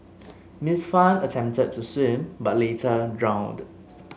Ms Fan attempted to swim but later drowned